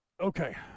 okay